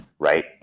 Right